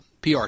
PR